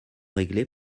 réglées